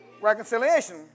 Reconciliation